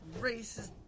racist